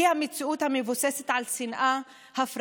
כי מציאות המבוססת על שנאה, הפרדה,